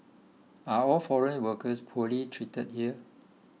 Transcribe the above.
are all foreign workers poorly treated here